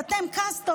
"אתם קסטות",